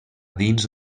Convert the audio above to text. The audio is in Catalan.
dins